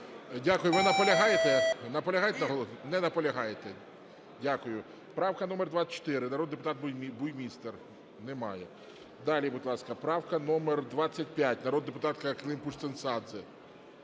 Дякую. Ви наполягаєте? Наполягаєте на голосуванні? Не наполягаєте. Дякую. Правка номер 24, народний депутат Буймістер. Немає. Далі, будь ласка. Правка номер 25, народна депутатка Климпуш-Цинцадзе.